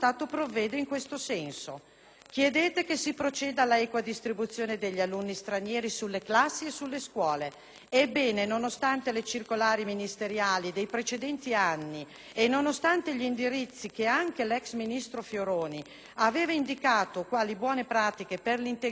Chiedete che si proceda all'equa distribuzione degli alunni stranieri sulle classi e sulle scuole: ebbene, nonostante le circolari ministeriali dei precedenti anni e, nonostante gli indirizzi che anche l'ex ministro Fioroni aveva indicato quali buone pratiche per l'integrazione degli alunni stranieri,